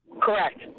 Correct